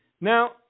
Now